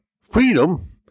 Freedom